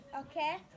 okay